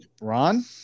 Ron